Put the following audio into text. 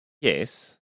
Yes